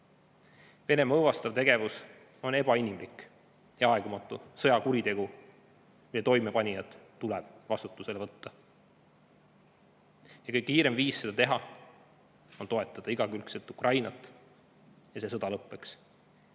Venemaa õõvastav tegevus on ebainimlik ja aegumatu sõjakuritegu, mille toimepanijad tuleb vastutusele võtta. Ja kõige kiirem viis seda teha on toetada igakülgselt Ukrainat, et see sõda lõppeks.